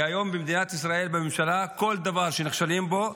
כי היום במדינת ישראל, בממשלה, כל דבר שנכשלים בו,